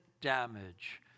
damage